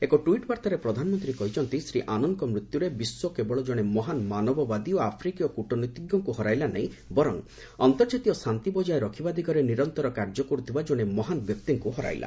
ଏକ ଟ୍ୱିଟ୍ ବାର୍ଭାରେ ପ୍ରଧାନମନ୍ତ୍ରୀ କହିଛନ୍ତି ଶ୍ରୀ ଆନନ୍ଙ୍କ ମୃତ୍ୟୁରେ ବିଶ୍ୱ କେବଳ ଜଣେ ମହାନ୍ ମାନବବାଦୀ ଓ ଆଫ୍ରିକୀୟ କୃଟନୀତିଜ୍ଞଙ୍କ ହରାଇଲା ନାହିଁ ବରଂ ଅନ୍ତର୍କାତୀୟ ଶାନ୍ତି ବକାୟ ରଖିବା ଦିଗରେ ନିରନ୍ତର କାର୍ଯ୍ୟ କରୁଥିବା କଣେ ମହାନ୍ ବ୍ୟକ୍ତିଙ୍କୁ ହରାଇଲା